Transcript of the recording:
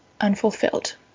unfulfilled